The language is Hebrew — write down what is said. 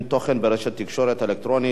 ברשות יושב-ראש הישיבה, הנני מתכבד להודיעכם,